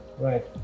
Right